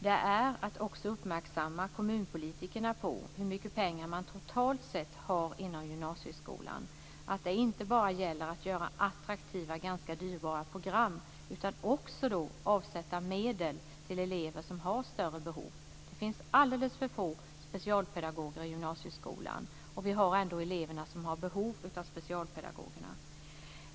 Det är att också uppmärksamma kommunpolitikerna på hur mycket pengar man har totalt sett inom gymnasieskolan, att det inte bara gäller att göra attraktiva, ganska dyrbara program, utan också avsätta medel till elever som har större behov. Det finns alldeles för få specialpedagoger i gymnasieskolan, och vi har elever som har behov av sådana.